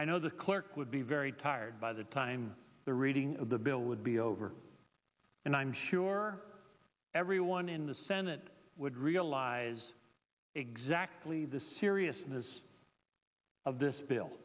i know the clerk would be very tired by the time the reading of the bill would be over and i'm sure everyone in the senate would realize exactly the seriousness of this bill